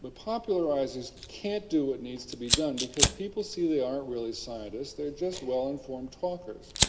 but popularisers can't do what needs to be done because people see they aren't really scientists, they're just well-informed talkers.